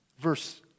Verse